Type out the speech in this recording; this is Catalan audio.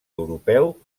europeu